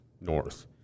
north